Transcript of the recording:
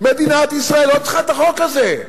מדינת ישראל לא צריכה את החוק הזה.